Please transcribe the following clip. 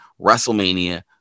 WrestleMania